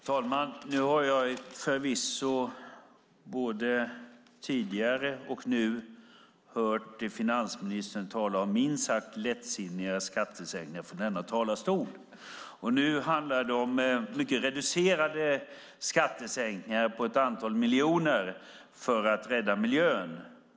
Herr talman! Jag har förvisso både tidigare och nu hört finansministern tala om minst sagt lättsinniga skattesänkningar från denna talarstol. Detta handlar om mycket reducerade skattesänkningar på ett antal miljoner för att rädda miljön.